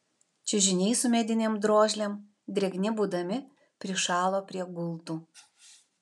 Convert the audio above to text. čiužiniai su medinėm drožlėm drėgni būdami prišalo prie gultų